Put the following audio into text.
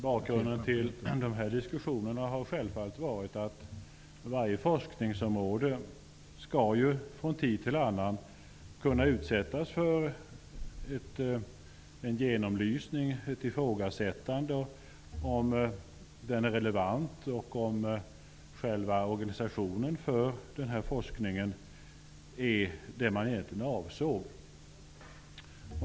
Bakgrunden till diskussionerna har självfallet varit att varje forskningsområde från tid till annan skall kunna utsättas för en genomlysning, ett ifrågasättande av om det är relevant och om själva organisationen för forskningen är den man egentligen avsåg.